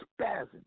spazzing